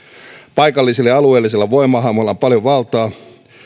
paikallisilla ja alueellisilla voimahahmoilla on paljon valtaa